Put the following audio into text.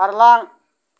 बारलां